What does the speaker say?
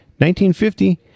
1950